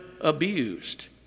abused